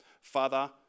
Father